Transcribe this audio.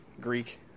greek